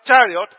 chariot